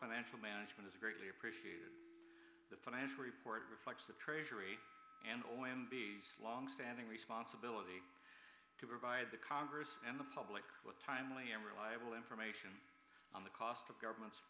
financial management is greatly appreciated the financial report reflects the treasury and or in the long standing responsibility to provide the congress and the public a timely and reliable information on the cost of government